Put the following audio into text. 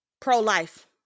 pro-life